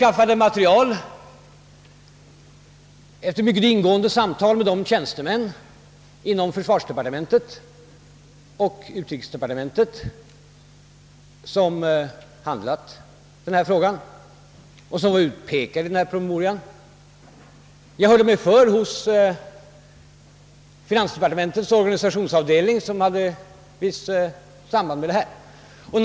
Vidare har vi haft mycket ingående samtal med de tjänstemän inom försvarsoch utrikesdepartementen som handlagt denna fråga och som är omnämnda i den promemoria jag talat om. Likaså hörde jag mig för hos finansdepartementets organisationsavdelning, som även varit inkopplad på detta fall.